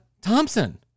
Thompson